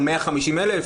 או 150,000?